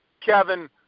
Kevin